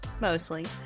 mostly